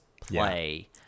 play